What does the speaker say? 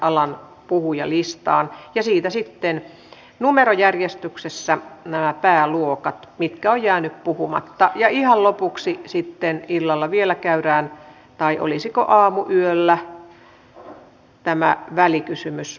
no sittemmin olemme kuulleet että vaikka nämä avattaisiin kilpailulle niin korvaavaa liikennettä ei käytännössä pystytä aloittamaan siellä kuin vasta ensi vuoden lopussa